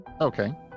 Okay